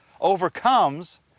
overcomes